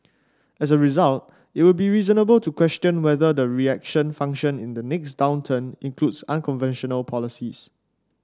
as a result it would be reasonable to question whether the reaction function in the next downturn includes unconventional policies